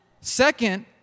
Second